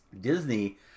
disney